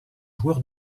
joueur